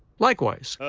likewise,